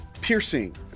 piercing